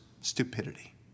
Stupidity